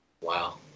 Wow